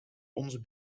onze